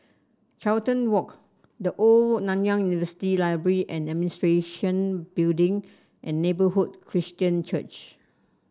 Carlton Walk The Old Nanyang University Library And Administration Building and Neighbourhood Christian Church